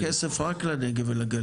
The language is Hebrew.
למה לא לשמור כסף רק לנגב ולגליל?